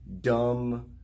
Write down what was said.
dumb